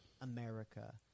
America